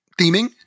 theming